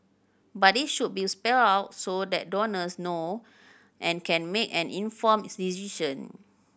but it should be spelled out so that donors know and can make an informed decision